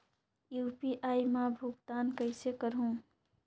UPI मा भुगतान कइसे करहूं?